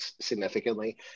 Significantly